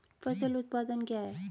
फसल उत्पादन क्या है?